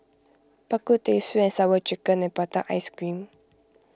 Bak Kut Teh Sweet and Sour Chicken and Prata Ice Cream